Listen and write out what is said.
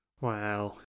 Wow